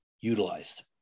utilized